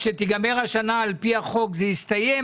כשתיגמר השנה על פי החוק זה יסתיים,